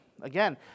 again